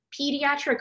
pediatric